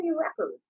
record